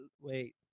Wait